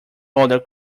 other